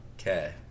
Okay